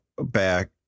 back